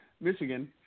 Michigan